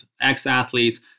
ex-athletes